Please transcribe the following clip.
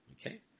Okay